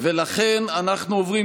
אנחנו עוברים